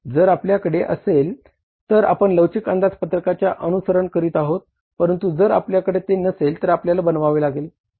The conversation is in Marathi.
जर आपल्याकडे असेल तर आपण लवचिक अंदाजपत्रकाचे अनुसरण करीत आहोत परंतु जर आपल्याकडे ते नसेल तर आपल्याला बनवावे लागेल